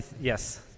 Yes